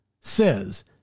says